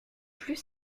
plus